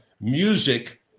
music